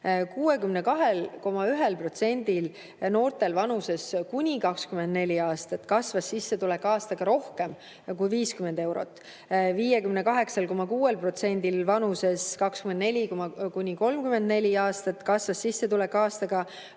62,1%‑l noortel vanuses kuni 24 aastat kasvas sissetulek aastaga rohkem kui 50 eurot, 58,6%‑l vanuses 24–34 aastat kasvas sissetulek aastaga rohkem